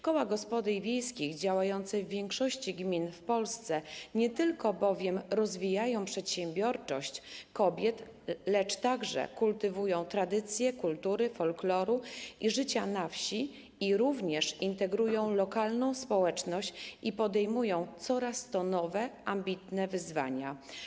Koła gospodyń wiejskich działające w większości gmin w Polsce nie tylko bowiem rozwijają przedsiębiorczość kobiet, lecz także kultywują tradycję kultury, folkloru i życia na wsi, integrują lokalną społeczność i podejmują coraz to nowe, ambitne wyzwania.